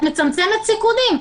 את מצמצמת סיכונים.